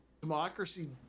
democracy